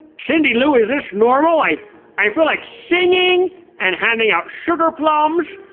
cindy lou, is this normal? i i feel like singing and handing out sugar plums.